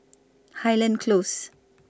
Highland Close